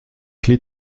clés